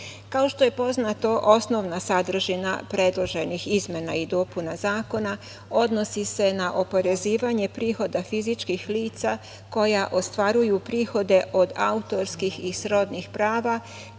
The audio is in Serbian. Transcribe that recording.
što je poznato osnovna sadržina predloženih izmena i dopuna zakona odnosi se na oporezivanje prihoda fizičkih lica koja ostvaruju prihode od autorskih i srodnih prava,